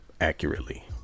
accurately